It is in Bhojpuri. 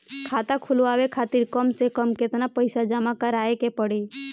खाता खुलवाये खातिर कम से कम केतना पईसा जमा काराये के पड़ी?